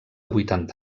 vuitanta